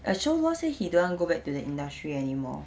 but show luo say he don't want to go back to the industry anymore